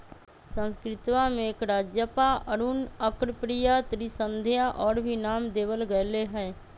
संस्कृतवा में एकरा जपा, अरुण, अर्कप्रिया, त्रिसंध्या और भी नाम देवल गैले है